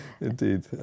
Indeed